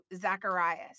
Zacharias